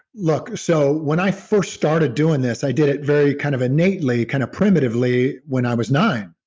look, so when i first started doing this, i did it very kind of innately kind of primitively when i was nine,